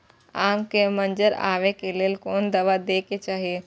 आम के मंजर आबे के लेल कोन दवा दे के चाही?